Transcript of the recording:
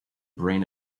brain